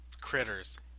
Critters